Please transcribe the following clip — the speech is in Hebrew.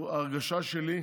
ההרגשה שלי היא